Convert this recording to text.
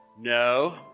no